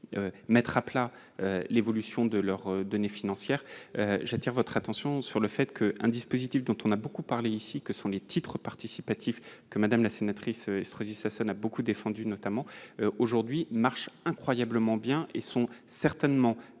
mettre à plat l'évolution de leurs données financières. J'attire votre attention sur un dispositif dont on a beaucoup parlé ici, à savoir les titres participatifs, que Mme la sénatrice Estrosi Sassone a beaucoup défendus. Ils marchent incroyablement bien et ont été certainement